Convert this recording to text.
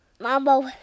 mambo